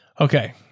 Okay